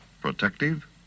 protective